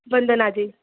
वन्दना जी